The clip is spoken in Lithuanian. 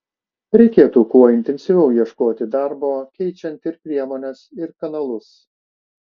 reikėtų kuo intensyviau ieškoti darbo keičiant ir priemones ir kanalus